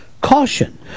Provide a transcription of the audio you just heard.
Caution